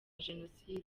jenoside